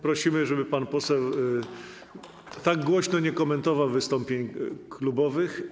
Prosimy, żeby pan poseł tak głośno nie komentował wystąpień klubowych.